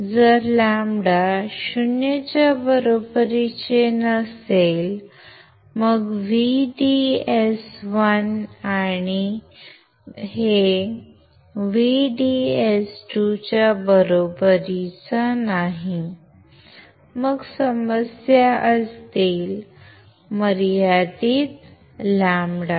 जर λ 0 च्या बरोबरीचे नसेल मग VDS1 हे VDS2 च्या बरोबरीचा नाही मग समस्या असतील मर्यादित λ